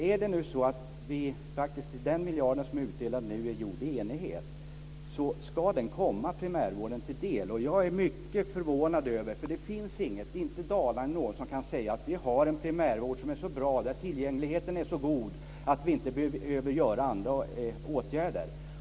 Är det nu så att det har varit enighet om den miljard som nu är utdelad, ska den komma primärvården till del. Jag är mycket förvånad, för det finns inget landsting, vare sig Dalarna eller något annat, som kan säga: Vi har en primärvård som är så bra och där tillgängligheten är så god att vi inte behöver vidta andra åtgärder.